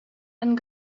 and